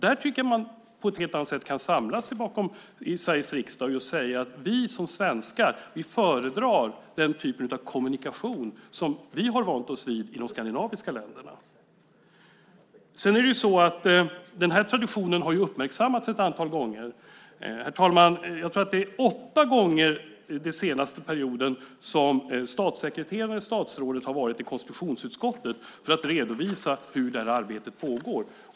Där kan vi samla oss bakom Sveriges riksdag och säga att vi svenskar föredrar den typ av kommunikation som vi har vant oss vid i de skandinaviska länderna. Den här traditionen har uppmärksammats ett antal gånger. Jag tror att det är åtta gånger, herr talman, den senaste perioden som statssekreterare och statsrådet har varit i konstitutionsutskottet för att redovisa hur arbetet pågår.